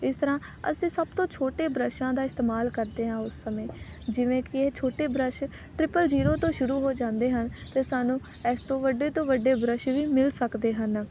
ਇਸ ਤਰ੍ਹਾਂ ਅਸੀਂ ਸਭ ਤੋਂ ਛੋਟੇ ਬ੍ਰੱਸ਼ਾਂ ਦਾ ਇਸਤੇਮਾਲ ਕਰਦੇ ਹਾਂ ਉਸ ਸਮੇਂ ਜਿਵੇਂ ਕਿ ਛੋਟੇ ਬ੍ਰੱਸ਼ ਟ੍ਰਿਪਲ ਜੀਰੋ ਤੋਂ ਸ਼ੁਰੂ ਹੋ ਜਾਂਦੇ ਹਨ ਅਤੇ ਸਾਨੂੰ ਇਸ ਤੋਂ ਵੱਡੇ ਤੋਂ ਵੱਡੇ ਬ੍ਰੱਸ਼ ਵੀ ਮਿਲ ਸਕਦੇ ਹਨ